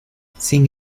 sin